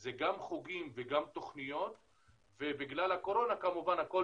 זה גם חוגים וגם תוכניות ובגלל הקורונה כמובן הכול